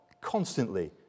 constantly